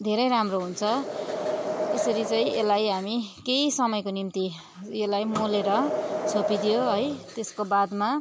धेरै राम्रो हुन्छ यसरी चाहिँ यसलाई हामी केही समयको निम्ति यसलाई मोलेर छोपीदियो है त्यसको बादमा